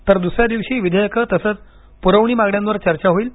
तर दुसऱ्या दिवशी विधेयकं तसंच पुरवणी मागण्यांवर चर्चा होईल